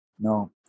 No